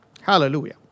Hallelujah